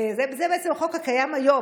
זה בעצם החוק הקיים היום.